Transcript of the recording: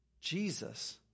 Jesus